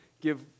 give